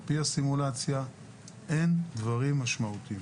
על פי הסימולציה אין דברים משמעותיים.